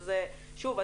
שוב,